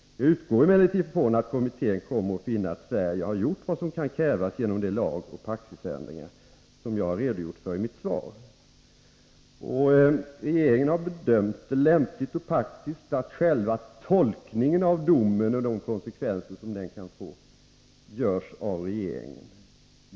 Jag utgår emellertid från att kommittén kommer att finna att Sverige har gjort vad som kan krävas genom de lagoch praxisförändringar som jag har redogjort för i mitt svar. Regeringen har bedömt det lämpligt och praktiskt att själva tolkningen av domen och de konsekvenser som den kan få görs av regeringen.